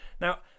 Now